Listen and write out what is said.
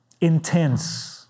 intense